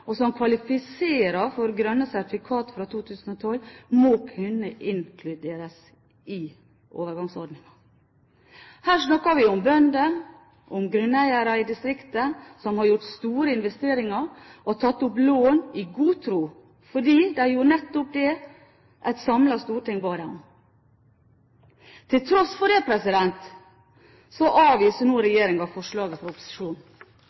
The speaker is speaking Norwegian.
og som kvalifiserer for grønne sertifikater fra 2012, må kunne inkluderes i overgangsordningen. Her snakker vi om bønder og grunneiere i distriktene som har gjort store investeringer og tatt opp lån i god tro, fordi de gjorde nettopp det et samlet storting ba dem om. Til tross for det avviser nå